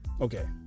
Okay